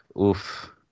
Oof